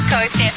Coast